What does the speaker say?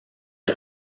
est